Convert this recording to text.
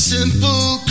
Simple